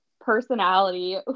personality